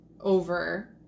over